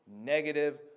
Negative